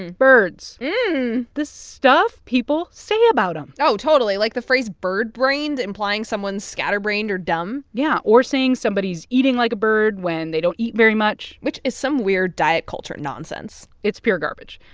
and birds. the stuff people say about them oh, totally like the phrase bird-brained, implying someone's scatterbrained or dumb yeah. or saying somebody is eating like a bird when they don't eat very much which is some weird diet culture nonsense it's pure garbage.